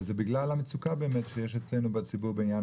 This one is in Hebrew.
וזה בגלל המצוקה שיש אצלנו בציבור בעניין